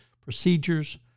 procedures